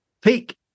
peak